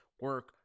Work